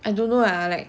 I don't know lah like